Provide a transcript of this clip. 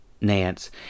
Nance